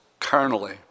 carnally